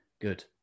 Good